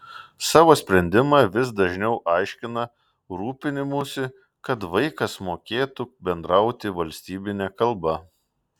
savo sprendimą vis dažniau aiškina rūpinimųsi kad vaikas mokėtų bendrauti valstybine kalba